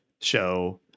show